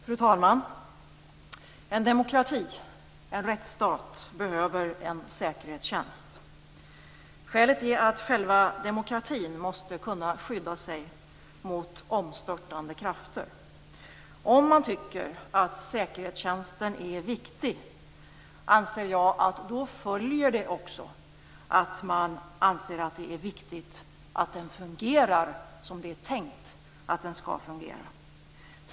Fru talman! En demokrati - en rättsstat - behöver en säkerhetstjänst. Skälet är att själva demokratin måste kunna skydda sig mot omstörtande krafter. Om man tycker att säkerhetstjänsten är viktig följer också att man anser att det är viktigt att den fungerar som det är tänkt att den skall fungera.